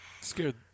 Scared